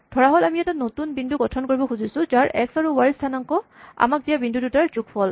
ধৰাহ'ল আমি এটা নতুন বিন্দু গঠন কৰিব খুজিছোঁ যাৰ এক্স আৰু ৱাই ৰ স্হানাংক আমাক দিয়া বিন্দু দুটাৰ যোগফল